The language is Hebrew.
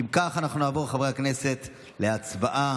אם כך, חברי הכנסת, אנחנו נעבור להצבעה.